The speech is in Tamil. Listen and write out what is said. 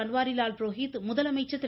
பன்வாரிலால் புரோஹித் முதலமைச்சர் திரு